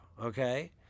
Okay